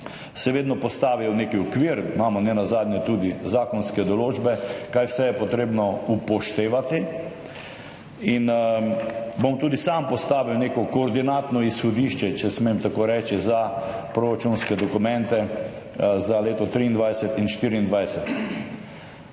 se vedno postavijo v nek okvir. Nenazadnje imamo tudi zakonske določbe, kaj vse je potrebno upoštevati, in bom tudi sam postavil neko koordinatno izhodišče, če smem tako reči, za proračunske dokumente za leti 2023 in 2024.